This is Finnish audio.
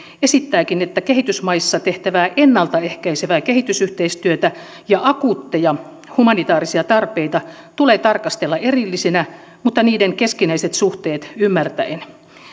esittääkin että kehitysmaissa tehtävää ennalta ehkäisevää kehitysyhteistyötä ja akuutteja humanitaarisia tarpeita tulee tarkastella erillisinä mutta niiden keskinäiset suhteet ymmärtäen